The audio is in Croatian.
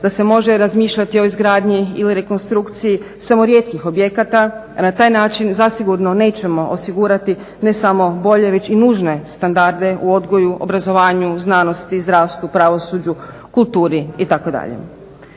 da s može razmišljati o izgradnji ili rekonstrukciji samo rijetkih objekata, a na taj način zasigurno nećemo osigurati ne samo bolje već i nužne standarde u odgoju, obrazovanju, znanosti, zdravstvu, pravosuđu, kulturi itd.